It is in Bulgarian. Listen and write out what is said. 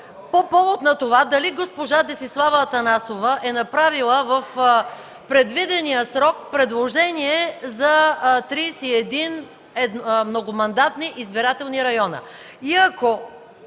по повод на това дали госпожа Десислава Атанасова е направила в предвидения срок предложение за 31 многомандатни избирателни района.